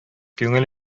күңел